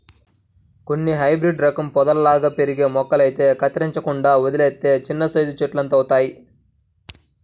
కొన్ని హైబ్రేడు రకం పొదల్లాగా పెరిగే మొక్కలైతే కత్తిరించకుండా వదిలేత్తే చిన్నసైజు చెట్టులంతవుతయ్